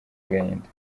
agahinda